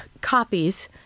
copies